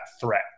threat